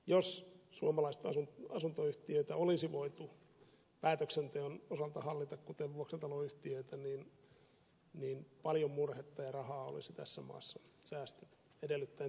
jos suomalaista asuntoyhtiötä olisi voitu päätöksenteon osalta hallita kuten vuokrataloyhtiöitä niin paljon murhetta ja rahaa olisi tässä maassa säästi edellyttäen